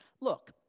Look